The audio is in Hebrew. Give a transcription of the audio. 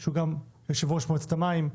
שהוא גם יושב-ראש מועצת המים.